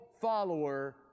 follower